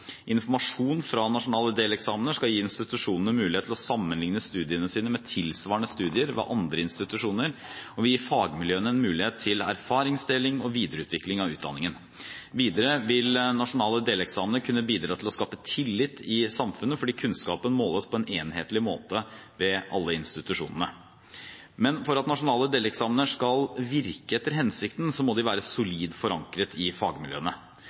Informasjon fra nasjonale deleksamener skal gi institusjonene mulighet til å sammenligne studiene sine med tilsvarende studier ved andre institusjoner og vil gi fagmiljøene en mulighet til erfaringsdeling og videreutvikling av utdanningen. Videre vil nasjonale deleksamener kunne bidra til å skape tillit i samfunnet fordi kunnskapen måles på en enhetlig måte ved alle institusjonene. Men for at nasjonale deleksamener skal virke etter hensikten, må de være solid forankret i fagmiljøene.